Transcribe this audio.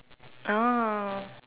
oh